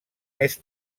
més